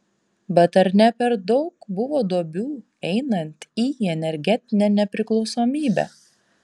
bet ar ne per daug buvo duobių einant į energetinę nepriklausomybę